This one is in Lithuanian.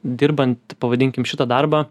dirbant pavadinkim šitą darbą